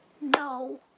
No